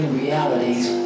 realities